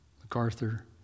MacArthur